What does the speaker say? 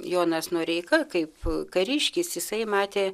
jonas noreika kaip kariškis jisai matė